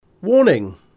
Warning